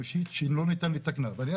אולי תדבר על הסוגיה בכלל.